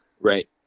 right